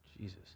Jesus